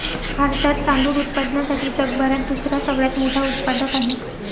भारतात तांदूळ उत्पादनासाठी जगभरात दुसरा सगळ्यात मोठा उत्पादक आहे